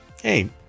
hey